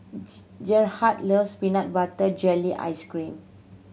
Gerhard loves peanut butter jelly ice cream